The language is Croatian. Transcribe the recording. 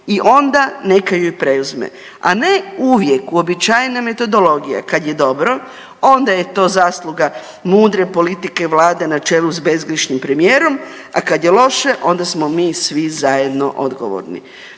i onda neka je i preuzme, a ne uvijek uobičajena metodologija kad je dobro onda je to zasluga mudre politike Vlade na čelu sa bezgrešnim premijerom, a kad je loše onda smo mi svi zajedno odgovorni.